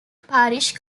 parish